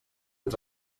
ens